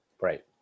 Right